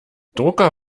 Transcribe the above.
drucker